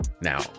Now